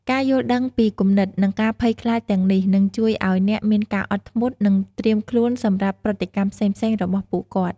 ការយល់ដឹងពីគំនិត និងការភ័យខ្លាចទាំងនេះ នឹងជួយឱ្យអ្នកមានការអត់ធ្មត់ និងត្រៀមខ្លួនសម្រាប់ប្រតិកម្មផ្សេងៗរបស់ពួកគាត់។